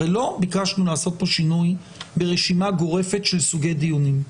הרי לא ביקשנו לעשות פה שינוי ברשימה גורפת של סוגי דיונים.